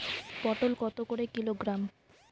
পটল কত করে কিলোগ্রাম?